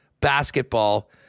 basketball